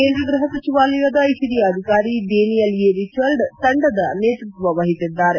ಕೇಂದ್ರ ಗೃಹ ಸಚಿವಾಲಯದ ಓರಿಯ ಅಧಿಕಾರಿ ಡೇನಿಯಲ್ ಇ ರಿಚರ್ಡ್ ತಂಡದ ನೇತೃತ್ವ ವಹಿಸಿದ್ದಾರೆ